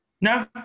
No